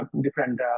different